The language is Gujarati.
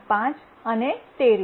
5 અને તે રીતે